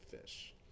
Fish